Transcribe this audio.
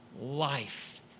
life